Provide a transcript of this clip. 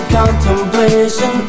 contemplation